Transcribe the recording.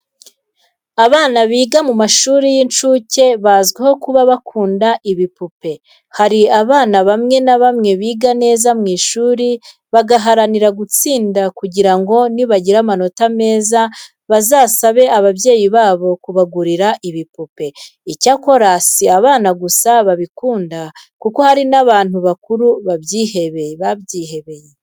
Abana biga mu mashuri y'incuke bazwiho kuba bakunda ibipupe. Hari abana bamwe na bamwe biga neza mu ishuri bagaharanira gutsinda kugira ngo nibagira amanota meza bazasabe ababyeyi babo kubagurira ibipupe. Icyakora si abana gusa babikunda kuko hari n'abantu bakuru babyihebeye.